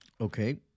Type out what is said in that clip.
Okay